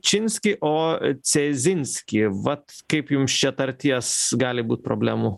činski o cezinski vat kaip jums čia tarties gali būt problemų